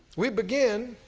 we began,